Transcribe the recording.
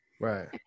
Right